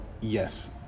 yes